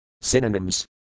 Synonyms